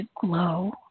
glow